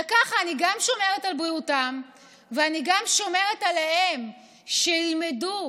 וכך אני גם שומרת על בריאותם וגם שומרת עליהם שילמדו,